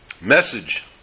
message